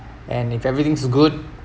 and if everything's good